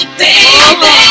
baby